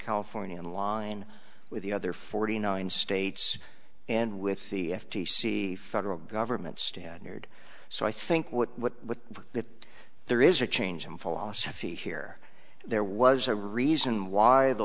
california in line with the other forty nine states and with the f t c federal government standard so i think what that there is a change in philosophy here there was a reason why the